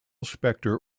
spector